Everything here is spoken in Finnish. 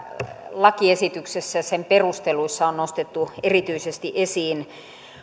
lakiesityksessä ja sen perusteluissa on nostettu erityisesti esiin